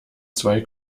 zwei